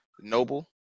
noble